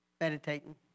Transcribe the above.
meditating